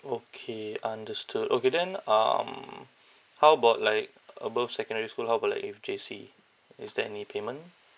okay understood okay then um how about like above secondary school how about like if J_C is there any payment